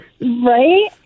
Right